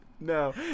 No